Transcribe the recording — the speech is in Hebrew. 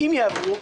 אם יעברו,